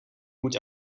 moet